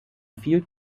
field